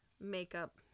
makeup